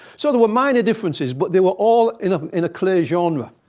so there were minor differences, but they were all in ah in a clear genre.